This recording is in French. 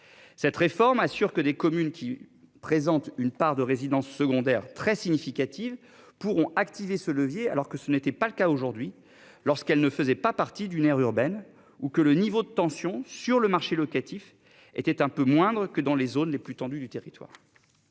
Cette réforme assure que des communes qui présente une part de résidences secondaires très significative pourront activer ce levier alors que ce n'était pas le cas aujourd'hui. Lorsqu'elle ne faisait pas parti d'une aire urbaine ou que le niveau de tension sur le marché locatif était un peu moindre que dans les zones les plus tendues du territoire.